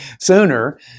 sooner